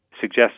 suggest